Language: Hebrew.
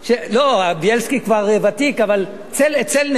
לא, בילסקי כבר ותיק, אבל צלנר,